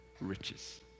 riches